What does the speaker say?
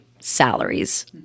salaries